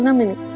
mini.